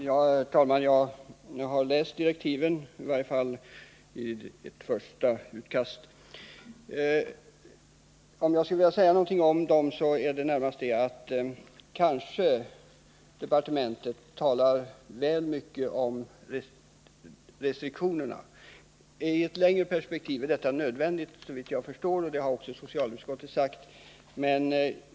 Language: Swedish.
Herr talman! Jag har läst direktiven —i varje fall i ett första utkast. Om jag skall säga någonting om dem vill jag närmast säga det, att departementet kanske talar väl mycket om restriktioner. I ett längre perspektiv är, såvitt jag förstår, restriktioner nödvändiga; det har också socialutskottet uttalat.